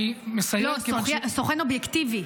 סוכן אובייקטיבי.